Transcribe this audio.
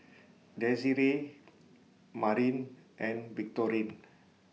Desirae Marin and Victorine